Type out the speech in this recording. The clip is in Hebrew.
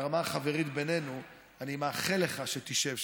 ברמה החברית בינינו אני מאחל לך שתשב שם,